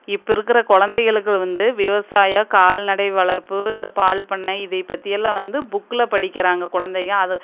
இப்போ இருக்கிற கொழந்தைகளுக்கு வந்து விவசாயம் கால்நடை வளர்ப்பு இந்த பால் பண்ணை இதைப் பற்றி எல்லாம் வந்து புக்கில் படிக்கிறாங்க கொழந்தைங்க அது